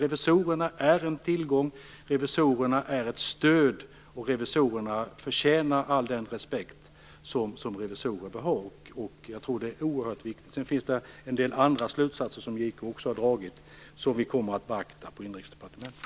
Revisorerna är en tillgång, revisorerna är ett stöd, och revisorerna förtjänar all den respekt som revisorer bör ha. Jag tror det är oerhört viktigt. Sedan finns det andra slutsatser som JK också har dragit som vi kommer att beakta på Inrikesdepartementet.